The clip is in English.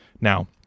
Now